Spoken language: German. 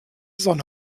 sonne